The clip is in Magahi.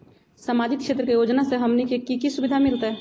सामाजिक क्षेत्र के योजना से हमनी के की सुविधा मिलतै?